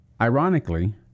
Ironically